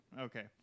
Okay